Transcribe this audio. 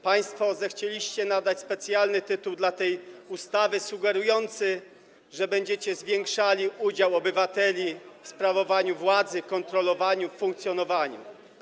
Państwo zechcieliście nadać specjalny tytuł tej ustawie, sugerujący, że będziecie zwiększali udział obywateli w sprawowaniu władzy, kontrolowaniu, funkcjonowaniu.